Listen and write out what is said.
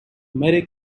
merry